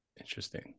Interesting